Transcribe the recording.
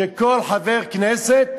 שכל חבר כנסת